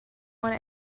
want